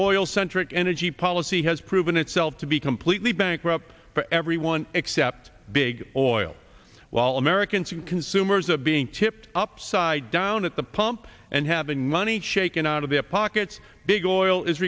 centric energy policy has proven itself to be completely bankrupt for everyone except big oil while americans and consumers are being tipped upside down at the pump and having money shaken out of their pockets big oil is